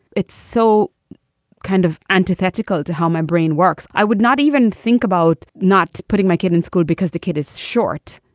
it's so kind of antithetical to how my brain works. i would not even think about not putting my kid in school because the kid is short.